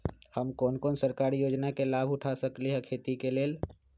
हम कोन कोन सरकारी योजना के लाभ उठा सकली ह खेती के लेल?